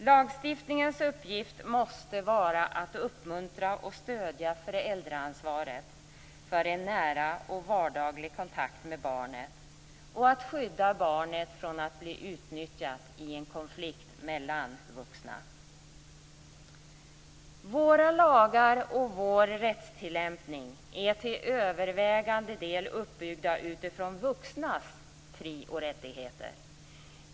Lagstiftningens uppgift måste vara att uppmuntra och stödja föräldraansvaret för en nära och vardaglig kontakt med barnet och att skydda barnet från att bli utnyttjat i en konflikt mellan vuxna. Våra lagar och vår rättstillämpning är till övervägande del uppbyggda utifrån vuxnas fri och rättigheter.